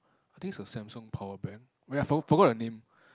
I think it's a Samsung power bank wait I forgot the name